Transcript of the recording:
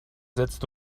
setzt